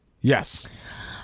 Yes